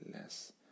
less